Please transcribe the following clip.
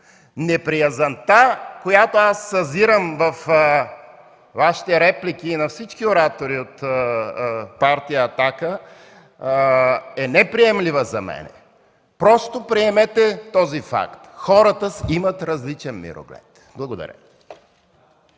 Неприязънта, която аз съзирам във Вашите реплики и на всички оратори от партия „Атака”, е неприемлива за мен. Просто приемете този факт – хората имат различен мироглед. Благодаря.